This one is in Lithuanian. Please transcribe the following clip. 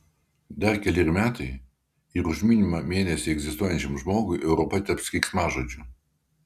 dar keleri metai ir už minimumą mėnesį egzistuojančiam žmogui europa taps keiksmažodžiu